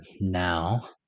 now